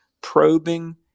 probing